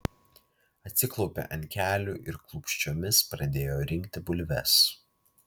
atsiklaupė ant kelių ir klūpsčiomis pradėjo rinkti bulves